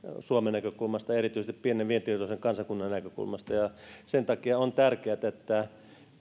suomen näkökulmasta erityisesti pienen vientivetoisen kansakunnan näkökulmasta ja sen takia on tärkeätä että